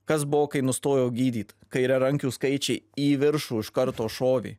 kas buvo kai nustojau gydyt kairiarankių skaičiai į viršų iš karto šovė